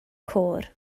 côr